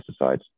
pesticides